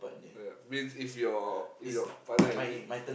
ya means if your if your partner have it